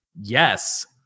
Yes